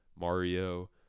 Mario